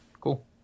cool